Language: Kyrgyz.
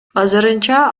азырынча